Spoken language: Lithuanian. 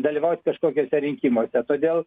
dalyvaut kažkokiuose rinkimuose todėl